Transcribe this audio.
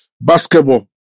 Basketball